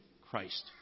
Christ